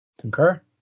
Concur